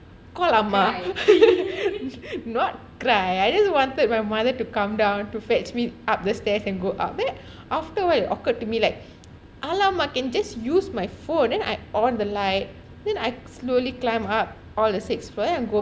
call அம்மா:amma not cry I just wanted my mother to come down to fetch me up the stairs and go up then after awhile it occurred to me like !alamak! can just use my phone then I on the light then I slowly climb upall the six floor